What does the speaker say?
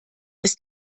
ist